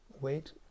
wait